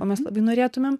ko mes labai norėtumėm